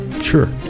sure